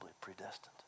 predestined